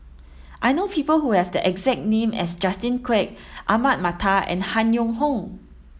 I know people who have the exact name as Justin Quek Ahmad Mattar and Han Yong Hong